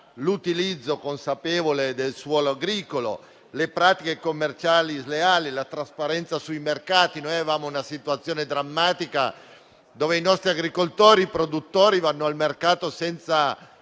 l'utilizzo consapevole del suolo agricolo, le pratiche commerciali sleali, la trasparenza dei mercati. Avevamo una situazione drammatica, dove i nostri agricoltori e produttori vanno al mercato senza